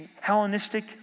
Hellenistic